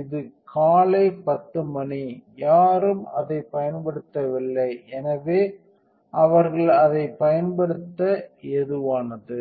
இது காலை 10 மணி யாரும் அதைப் பயன்படுத்தவில்லை எனவே அவர்கள் அதைப் பயன்படுத்த ஏதுவானது